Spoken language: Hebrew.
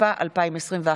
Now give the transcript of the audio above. התשפ"א 2021. תודה.